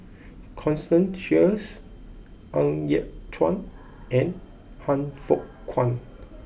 Constance Sheares Ng Yat Chuan and Han Fook Kwang